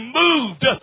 moved